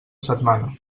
setmana